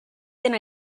then